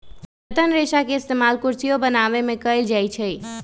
रतन रेशा के इस्तेमाल कुरसियो बनावे में कएल जाई छई